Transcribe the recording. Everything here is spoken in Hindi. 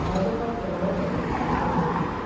हमारे पास बहुत है क्विंटल दो क्विंटल है